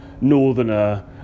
northerner